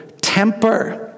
temper